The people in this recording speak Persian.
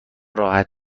راحت